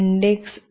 index of buffer